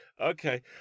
Okay